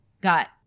got